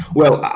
well,